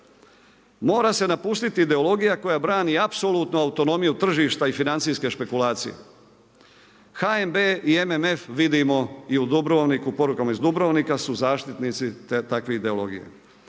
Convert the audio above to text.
Mora se napustiti ideologija koja brani apsolutnu autonomiju tržišta i financijske špekulacije. HNB i MMF vidimo i u Dubrovniku, porukama iz Dubrovnika su zaštitnici takve ideologije.